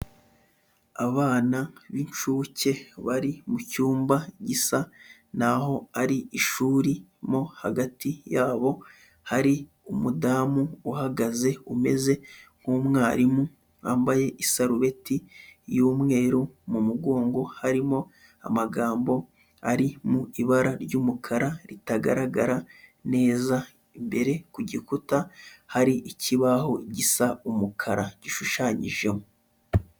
Abana b'incuke bari mu cyumba gisa naho ari ishuri, mo hagati yabo hari umudamu uhagaze umeze nk'umwarimu wambaye isarubeti y'umweru, mu mugongo harimo amagambo ari mu ibara ry'umukara ritagaragara neza, imbere ku gikuta hari ikibaho gisa umukara gishushanyijemo.